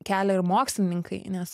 kelia ir mokslininkai nes